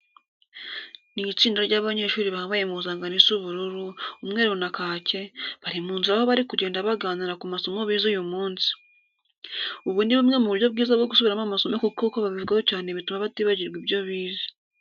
Ni itsinda ry'abanyeshuri bambaye impuzankano isa ubururu, umweru na kake, bari mu nzira aho bari kugenda baganira ku masomo bize uyu munsi. Ubu ni bumwe mu buryo bwiza bwo gusubiramo amasomo kuko uko babivugaho cyane bituma batibagirwa ibyo bize.